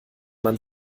man